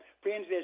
friends